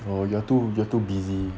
oh you are too you are too busy